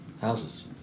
houses